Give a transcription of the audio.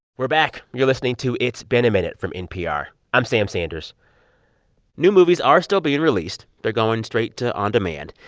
we're back. you're listening to it's been a minute from npr. i'm sam sanders new movies are still being released. they're going straight to on demand,